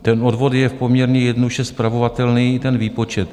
Ten odvod je poměrně jednoduše spravovatelný, ten výpočet.